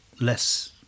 less